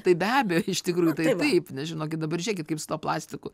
tai be abejo iš tikrųjų tai taip nes žinokit dabar žiūrėkit kaip su tuo plastiku